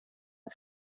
jag